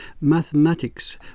Mathematics